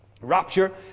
Rapture